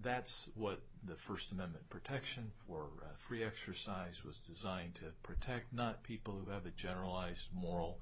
that's what the first amendment protection for free exercise was designed to protect not people who have a generalized moral